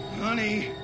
Honey